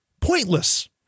pointless